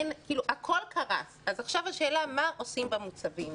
עכשיו השאלה מה עושים במוצבים.